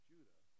Judah